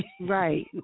Right